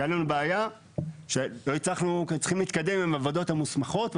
הייתה לנו בעיה כי לא הצלחנו להתקדם עם הוועדות המוסמכות,